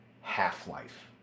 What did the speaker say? half-life